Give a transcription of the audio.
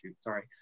sorry